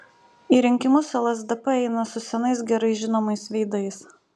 į rinkimus lsdp eina su senais gerai žinomais veidais